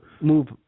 move